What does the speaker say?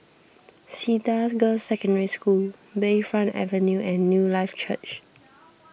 Cedar Girls' Secondary School Bayfront Avenue and Newlife Church